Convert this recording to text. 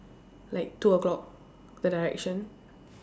like two o-clock the direction